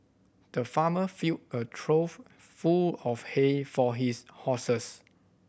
the farmer filled a trough full of hay for his horses